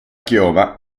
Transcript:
chioma